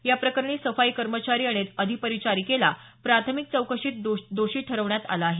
या प्रकरणी सफाई कर्मचारी आणि अधिपरिचरीकेला प्राथमिक चौकशीत दोषी ठरवण्यात आलं आहे